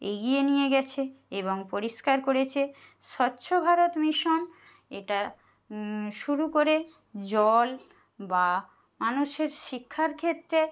এগিয়ে নিয়ে গেছে এবং পরিষ্কার করেছে স্বচ্ছ ভারত মিশন এটা শুরু করে জল বা মানুষের শিক্ষার ক্ষেত্রে